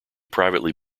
privately